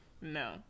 no